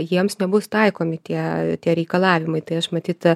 jiems nebus taikomi tie tie reikalavimai tai aš matyt